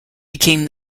became